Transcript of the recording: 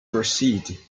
proceed